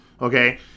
okay